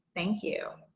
thank you.